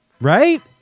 right